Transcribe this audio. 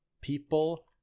people